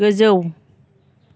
गोजौ